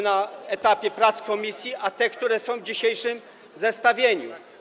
na etapie prac komisji, i tych, które są w dzisiejszym zestawieniu.